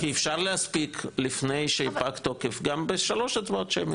כי אפשר להספיק לפני שהיא פג תוקף גם בשלוש הצבעות שמיות.